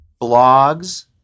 Blogs